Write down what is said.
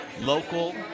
local